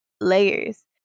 layers